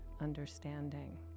understanding